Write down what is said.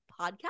podcast